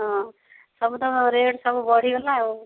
ହଁ ସବୁତ ରେଟ୍ ସବୁ ବଢ଼ିଗଲା ଆଉ